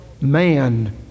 man